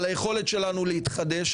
היכולת שלנו להתחדש,